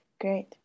great